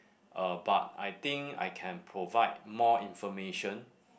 uh but I think I can provide more information